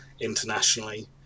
internationally